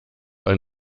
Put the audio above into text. ein